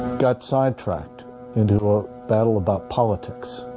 got sidetracked into a battle about politics.